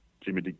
Jimmy